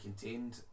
contained